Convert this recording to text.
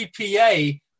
GPA